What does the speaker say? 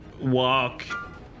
walk